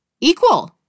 equal